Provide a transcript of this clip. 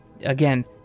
Again